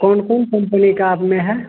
कौन कौन कम्पनी का अब में है